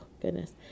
goodness